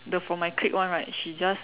the from my clique [one] right she just